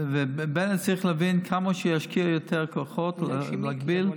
צריך להבין, כמה שהוא ישקיע יותר כוחות להגביל,